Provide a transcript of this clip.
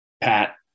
Pat